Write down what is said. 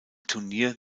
turnier